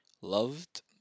loved